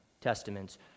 Testaments